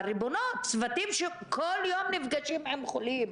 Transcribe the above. אבל לשאול צוותים שכל יום נפגשים עם חולים?